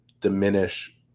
diminish